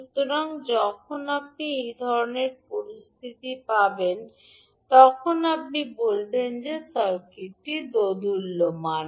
সুতরাং যখন আপনার এই ধরণের পরিস্থিতি হবে তখন আপনি বলবেন যে সার্কিটটি দোদুল্যমান